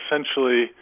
essentially